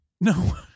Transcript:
no